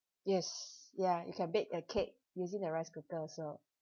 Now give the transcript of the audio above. yes ya you can bake a cake using the rice cooker also